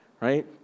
right